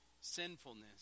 sinfulness